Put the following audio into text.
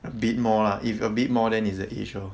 a bit more lah if a bit more than is the age lor